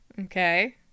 Okay